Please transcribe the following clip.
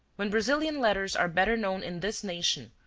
when brazilian letters are better known in this nation,